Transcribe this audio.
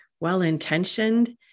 well-intentioned